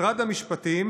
משרד המשפטים